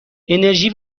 انِرژی